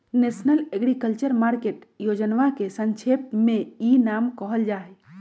national agriculture market योजनवा के संक्षेप में ई नाम कहल जाहई